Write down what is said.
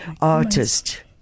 artist